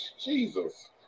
jesus